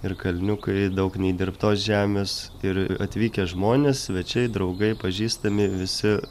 ir kalniukai daug neįdirbtos žemės ir atvykę žmonės svečiai draugai pažįstami visi